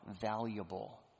valuable